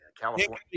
california